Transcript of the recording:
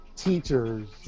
teachers